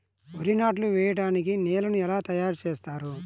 వరి నాట్లు వేయటానికి నేలను ఎలా తయారు చేస్తారు?